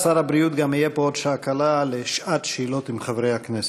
שר הבריאות יהיה פה עוד שעה קלה לשעת שאלות עם חברי הכנסת.